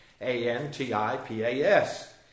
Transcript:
A-N-T-I-P-A-S